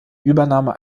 übernahme